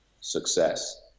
success